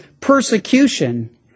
persecution